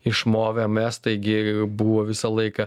išmovėm estai gi buvo visą laiką